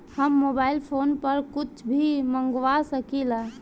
हम mobile phone पर कुछ भी मंगवा सकिला?